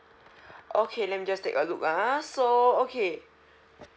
okay let me just take a look ah so okay